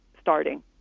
starting